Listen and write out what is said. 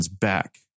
back